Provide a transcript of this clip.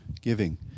giving